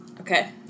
Okay